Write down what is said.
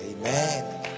Amen